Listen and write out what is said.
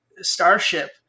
starship